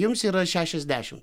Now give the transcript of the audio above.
jums yra šešiasdešimt